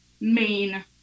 main